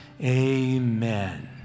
amen